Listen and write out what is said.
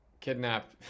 kidnapped